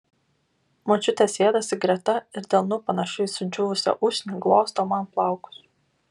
močiutė sėdasi greta ir delnu panašiu į sudžiūvusią usnį glosto man plaukus